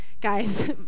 Guys